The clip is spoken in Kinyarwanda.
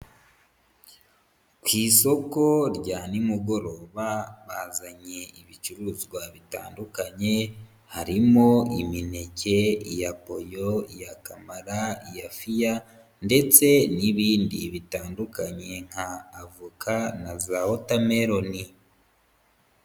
Ku isoko rya nimugoroba bazanye ibicuruzwa bitandukanye, harimo imineke ya poyo, iya kamara, iya fiya ndetse n'ibindi bitandukanye nka avoka na za watermellon.